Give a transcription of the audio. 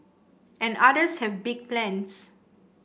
and others have big plans